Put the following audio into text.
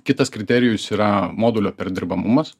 kitas kriterijus yra modulio perdirbamumas